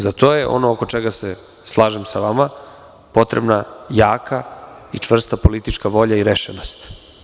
Za to je ono, oko čega se slažem sa vama, potrebna jaka i čvrsta politička volja i rešenost.